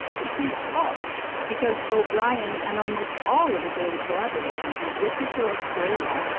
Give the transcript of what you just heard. which is odd because o'brien and almost all of his early collaborators were british or australian.